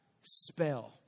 spell